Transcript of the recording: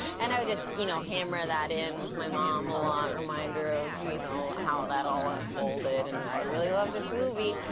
and i would just you know hammer that in with my mom a lot, a reminder of you know how that all unfolded, and i really love this movie.